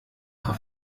paar